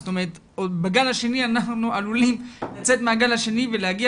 זאת אומרת בגל השני אנחנו עלולים לצאת מהגל השני ולהגיע